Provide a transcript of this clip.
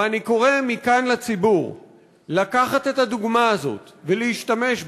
ואני קורא מכאן לציבור לקחת את הדוגמה הזאת ולהשתמש בה,